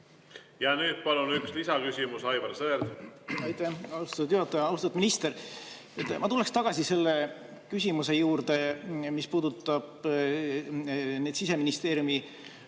Ja nüüd palun üks lisaküsimus, Aivar Sõerd. Aitäh, austatud juhataja! Austatud minister! Ma tulen tagasi selle küsimuse juurde, mis puudutab Siseministeeriumi